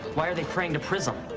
why are they praying to prism?